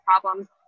problems